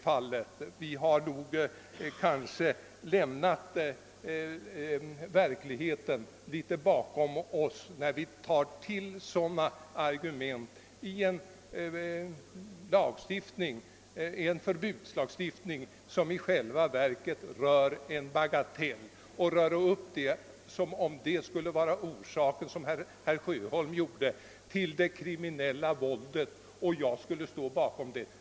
Man har nog en smula lämnat verkligheten bakom sig, om man såsom herr Sjöholm tar till ett sådant argument för en förbudslagstiftning mot något som i själva verket är en bagatell, som att det skulle vara upphovet till det kriminel la våldet och att jag skulle stå bakom detta.